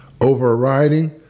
overriding